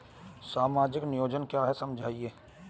सामाजिक नियोजन क्या है समझाइए?